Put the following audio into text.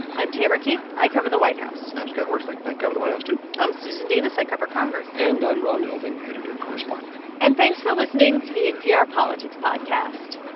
i'm tamara keith. i cover the white house i'm scott horsley. but i cover the white house, too i'm susan davis. i cover congress and i'm ron elving, editor-correspondent and thanks for listening to the npr politics podcast